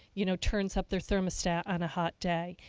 you know, turns up their thermostat on a hot day.